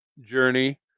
journey